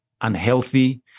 unhealthy